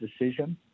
decision